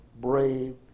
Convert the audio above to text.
Brave